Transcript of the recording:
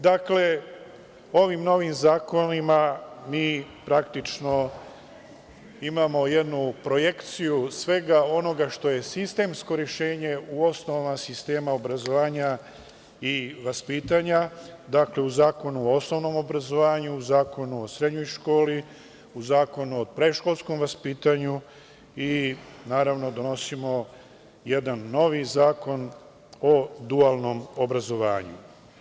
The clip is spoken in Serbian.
Dakle, ovim novim zakonima mi praktično imamo jednu projekciju svega ono što je sistemsko rešenje u osnovama sistema obrazovanja i vaspitanja, dakle u Zakonu o osnovnom obrazovanju, u Zakonu o srednjoj školi, u Zakonu o predškolskom vaspitanju i naravno donosimo jedan novi zakon o dualnom obrazovanju.